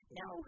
no